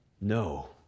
No